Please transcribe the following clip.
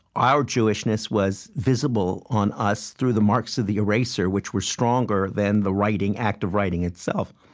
our jewishness was visible on us through the marks of the eraser, which were stronger than the writing act of writing itself.